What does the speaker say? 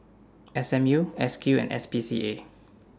S M U S Q and S P C A